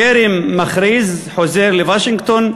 קרי מכריז, חוזר לוושינגטון,